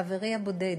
חברי הבודד